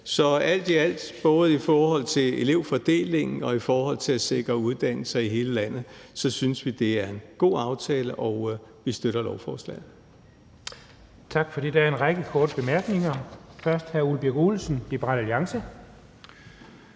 Så alt i alt, både i forhold til elevfordelingen og i forhold til at sikre uddannelser i hele landet, synes vi, det er en god aftale, og vi støtter lovforslaget. Kl. 11:39 Den fg. formand (Jens Henrik Thulesen Dahl): Tak for det. Der er en række korte bemærkninger, først fra hr. Ole Birk Olesen, Liberal Alliance.